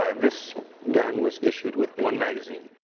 ah this gun was issued with one magazine.